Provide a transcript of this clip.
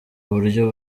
buryo